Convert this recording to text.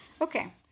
Okay